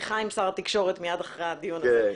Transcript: שיחה עם שר התקשורת מיד אחרי הדיון הזה.